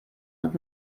und